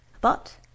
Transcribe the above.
But